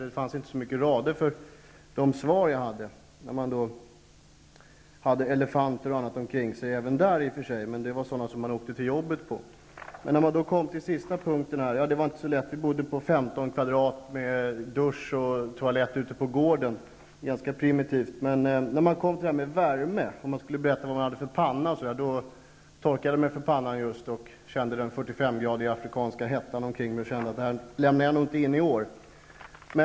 Det fanns inte så många rader för de svar jag hade. Jag hade elefanter och annat runt om mig även där, men de var sådana jag red till mitt arbete på. Det var inte så lätt att svara på den sista punkten i blanketten. Vi bodde på 15 kvadratmeter med dusch och toalett på gården. Det var ganska primitivt. När jag kom till punkten om värme och skulle redogöra för vilken panna jag använde, torkade jag mig för pannan. Jag kände den 45 gradiga afrikanska hettan omkring mig och beslöt mig för att inte lämna in blanketten i år.